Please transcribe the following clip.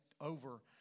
over